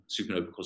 supernova